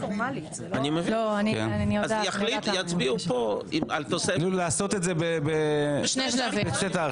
לעשות את זה בשני שלבים.